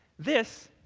this,